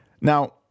Now